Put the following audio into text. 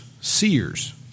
seers